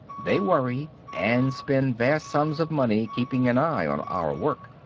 they worry and spend vast sums of money keeping an eye on our work.